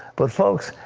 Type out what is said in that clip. but, folks,